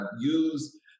use